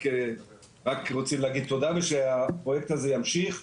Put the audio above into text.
רק רוצים להגיד תודה ושהפרויקט הזה ימשיך,